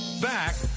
back